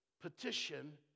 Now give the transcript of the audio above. petition